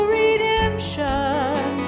redemption